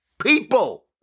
people